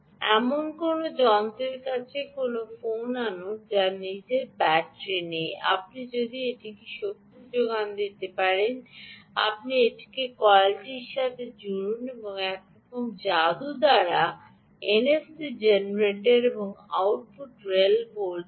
এমন কোনও যন্ত্রের কাছে কোনও ফোন আনুন যার নিজের ব্যাটারি নেই আপনি এটিকে শক্তি যোগান আপনি এটিকে এই কয়েলটির সাথে জুড়েন এবং একরকম যাদু দ্বারা এনএফসি জেনারেটর এবং আউটপুট রেল ভোল্টেজ